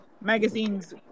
magazines